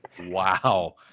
Wow